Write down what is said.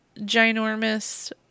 ginormous